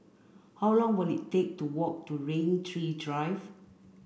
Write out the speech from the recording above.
how long will it take to walk to Rain Tree Drive